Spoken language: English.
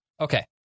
Okay